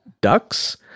ducks